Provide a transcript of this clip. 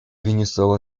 венесуэла